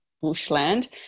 bushland